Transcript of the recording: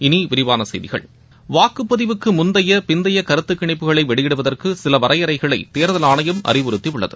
இனி விரிவான செய்திகள் வாக்குப்பதிவுக்கு முந்தைய பிந்தைய கருத்துக்கணிப்புகளை வெளியிடுவதற்கு சில வரையறைகளை தேர்தல் ஆணையம் அறிவுறுத்தியுள்ளது